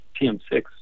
PM6